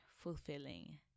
fulfilling